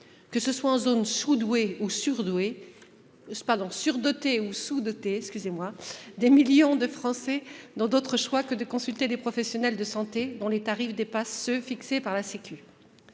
modestes. En zone surdotée ou sous-dotée, des millions de Français n'ont d'autre choix que de consulter des professionnels de santé dont les tarifs dépassent ceux que la sécurité